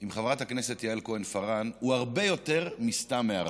עם חברת הכנסת יעל כהן-פארן הוא הרבה יותר מסתם הערה.